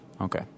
Okay